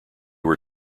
were